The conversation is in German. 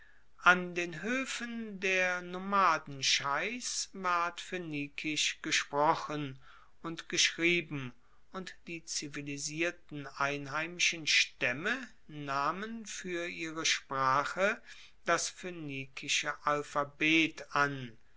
an den hoefen der nomadenscheichs ward phoenikisch gesprochen und geschrieben und die zivilisierteren einheimischen staemme nahmen fuer ihre sprache das phoenikische alphabet an